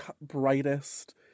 brightest